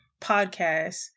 podcast